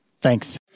Thanks